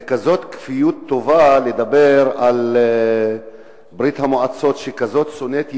זאת כזאת כפיות טובה לומר על ברית-המועצות שהיא כזאת שונאת יהודים,